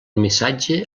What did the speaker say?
missatge